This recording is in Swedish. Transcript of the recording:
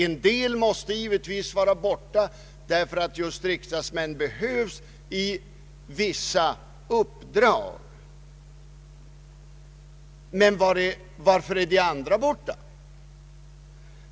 En del måste givetvis vara borta, därför att just riksdagsmän behövs för vissa uppdrag. Men varför är de andra borta?